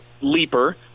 leaper